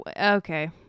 Okay